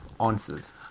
answers